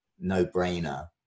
no-brainer